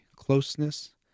closeness